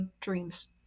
dreams